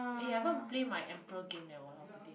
eh haven't play my emperor game leh !walao! today